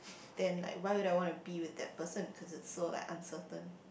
then like why would I want to be with that person cause it's like so uncertain